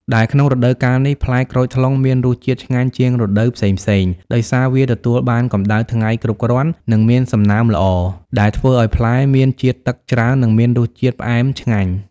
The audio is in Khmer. ដែលក្នុងរដូវកាលនេះ ផ្លែក្រូចថ្លុងមានរសជាតិឆ្ងាញ់ជាងរដូវផ្សេងៗ ដោយសារវាទទួលបានកម្តៅថ្ងៃគ្រប់គ្រាន់ និងមានសំណើមល្អ ដែលធ្វើឱ្យផ្លែមានជាតិទឹកច្រើន និងមានរសជាតិផ្អែមឆ្ងាញ់។